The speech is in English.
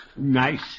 Nice